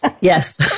Yes